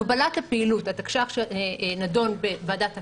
הגבלת הפעילות, התקש"ח שנדון בוועדת הקורונה,